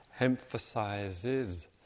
emphasizes